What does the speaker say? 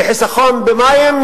לחיסכון במים,